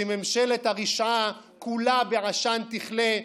שממשלת הרשעה כולה בעשן תכלה,